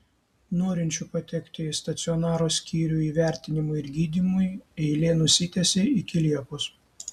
norinčių patekti į stacionaro skyrių įvertinimui ir gydymui eilė nusitęsė iki liepos